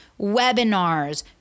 webinars